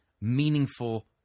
meaningful